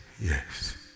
Yes